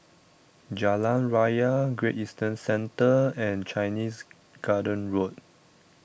Jalan Raya Great Eastern Centre and Chinese Garden Road